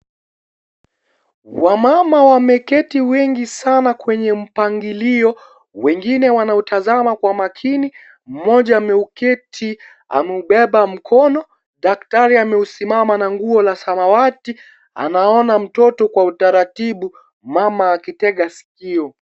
Wamama wameketi wengi sana kwenye mipangilio, wengine wanaautazama kwa makini mmoja ameketi ameubeba mkono, daktari amesimama na nguo ya samawati, anaona mtoto kwa utaratibu mama akitega sikio.